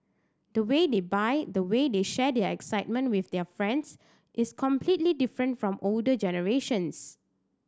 the way they buy the way they share their excitement with their friends is completely different from older generations